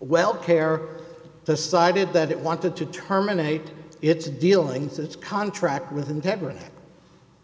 well care the sided that it wanted to terminate its dealings its contract with integrity